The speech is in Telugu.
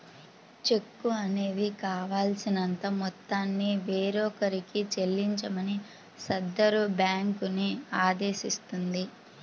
చెక్కు అనేది కావాల్సినంత మొత్తాన్ని వేరొకరికి చెల్లించమని సదరు బ్యేంకుని ఆదేశిస్తుంది